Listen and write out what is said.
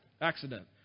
accident